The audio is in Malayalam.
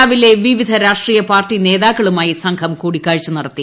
രാവിലെ വിവിധ രാഷ്ട്രീയ പാർട്ടി നേതാക്കളുമായി സംഘം കൂടിക്കാഴ്ച നടത്തി